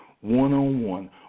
one-on-one